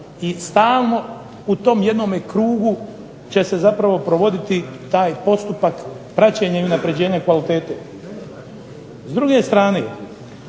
i stalno u tom jednom krugu će se zapravo provoditi taj postupak praćenja i unapređenja kvalitete. S druge strane,